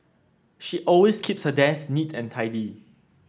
she always keeps her desk neat and tidy